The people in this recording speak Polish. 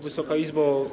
Wysoka Izbo!